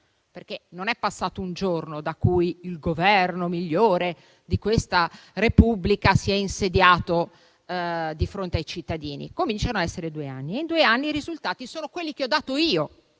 perché non è passato un giorno da quando il Governo migliore di questa Repubblica si è insediato di fronte ai cittadini: cominciano a essere due anni e in questo arco di tempo i risultati sono quelli che ho dato io,